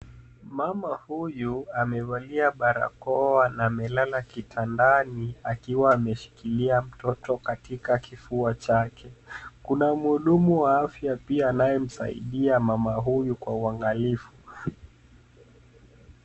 Mama huyu amevalia barakoa na amelala kitandani, akiwa ameshikilia mtoto katika kifua chake. Kuna mhudumu wa afya pia anayemsaidia mama huyu kwa uangalifu.